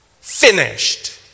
Finished